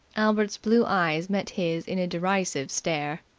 albert's blue eyes met his in a derisive stare.